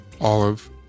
Olive